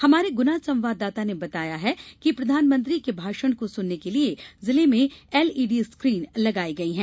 हमारे गुना संवाददाता ने बताया गया है कि प्रधानमंत्री के भाषण को सुनने के लिए जिले में एलइडी स्कीन लगाई गई है